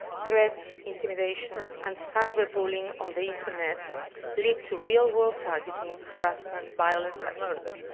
threats, intimidation, and cyber bullying on the internet lead to real world targeting, harassment, violence, and murder,